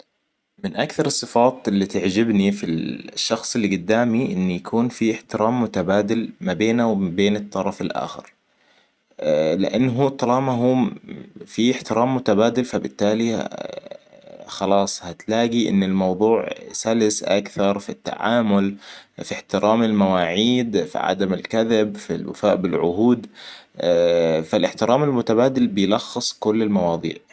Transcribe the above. من أكثر الصفات اللي تعجبني في الشخص اللي قدامي إنه يكون في إحترام متبادل ما بينه وما بين الطرف الأخر. لأن هو طالما هو في احترام متبادل فبالتالي خلاص هتلاقي إن الموضوع سلس أكثر في التعامل في إحترام المواعيد في عدم الكذب في الوفاء بالعهود. فالإحترام المتبادل بيلخص كل المواضيع